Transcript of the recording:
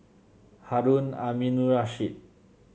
Harun Aminurrashid